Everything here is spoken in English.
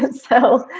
but so,